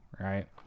right